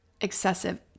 excessive